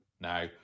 now